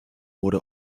wurde